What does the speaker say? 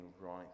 right